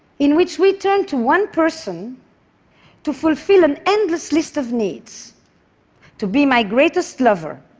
in which we turn to one person to fulfill an endless list of needs to be my greatest lover,